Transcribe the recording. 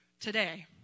today